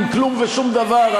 עם כלום ושום דבר,